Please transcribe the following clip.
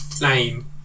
name